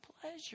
pleasure